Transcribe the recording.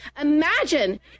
Imagine